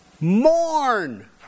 Mourn